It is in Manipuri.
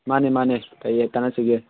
ꯃꯥꯅꯦ ꯃꯥꯅꯦ ꯀꯔꯤ ꯇꯥꯟꯅꯁꯤꯒꯦ